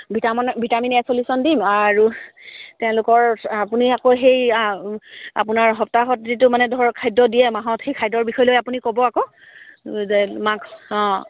vitamin vitamin A solution দিম আৰু তেওঁলোকৰ আপুনি আকৌ সেই আপোনাৰ সপ্তাহত যিটো মানে ধৰক খাদ্য দিয়ে মাহত সেই খাদ্যৰ বিষয়লৈ আপুনি ক'ব আকৌ যে মাক অঁ